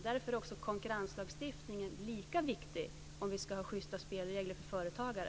Därför är konkurrenslagstiftningen lika viktig, om vi ska ha schysta spelregler för företagare.